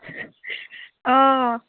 অঁ